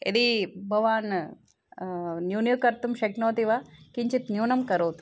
यदि भवान् न्यूनीकर्तुं शक्नोति वा किञ्चित् न्यूनं करोतु